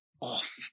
off